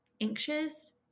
anxious